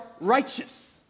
righteous